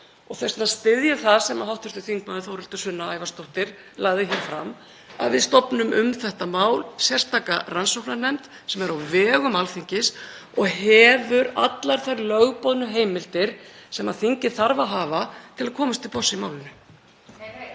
vegna styð ég það sem hv. þm. Þórhildur Sunna Ævarsdóttir lagði hér fram, að við stofnum um þetta mál sérstaka rannsóknarnefnd sem er á vegum Alþingis og hefur allar þær lögboðnu heimildir sem þingið þarf að hafa til að komast til botns í málinu.